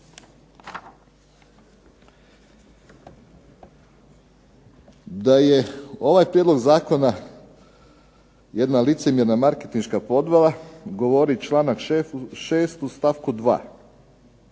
Da je ovaj Prijedlog zakona jedna licemjerna marketinška podvala govori članak 6. u stavku 2.